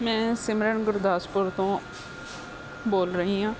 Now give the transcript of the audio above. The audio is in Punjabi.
ਮੈਂ ਸਿਮਰਨ ਗੁਰਦਾਸਪੁਰ ਤੋਂ ਬੋਲ ਰਹੀ ਹਾਂ